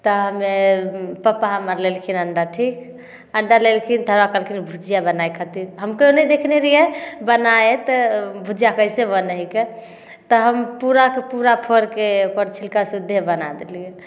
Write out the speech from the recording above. तऽ हम्मे पप्पा हम्मर लेलखिन अण्डा अथी अण्डा लेलखिन तऽ हमरा कहलखिन भुजिया बनाय खातिर हम तऽ नहि देखने रहियै बनाय तऽ भुजिया कैसे बनै हइके तऽ हम पूरा से पूरा फड़के ओकर छिलका सुद्धे बना देलियै